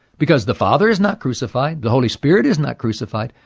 because the father is not crucified, the holy spirit is not crucified,